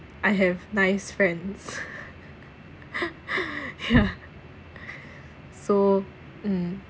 I have nice friends yeah so um